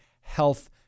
health